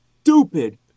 stupid